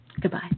Goodbye